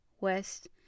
West